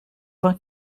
vingt